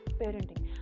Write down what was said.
parenting